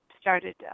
started